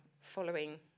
following